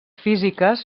físiques